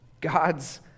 God's